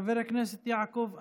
חבר הכנסת יעקב אשר,